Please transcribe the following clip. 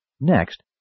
Next